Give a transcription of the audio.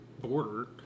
border